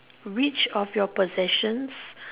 which of your procession